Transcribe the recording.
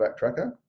Backtracker